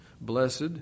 Blessed